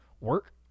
work